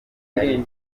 yari